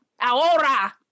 ahora